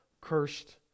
cursed